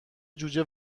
جوجه